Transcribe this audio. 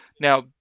Now